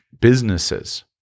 businesses